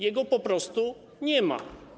Jego po prostu nie ma.